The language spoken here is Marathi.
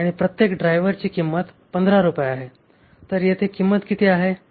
आणि प्रत्येक ड्रायव्हरची किंमत 15 रुपये आहे आणि येथे एकूण किंमत किती आहे